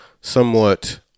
somewhat